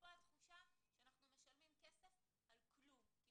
ופה התחושה שאנחנו משלמים כסף על כלום כי